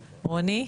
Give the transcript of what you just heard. רוני,